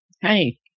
hey